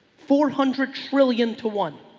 four hundred trillion to one.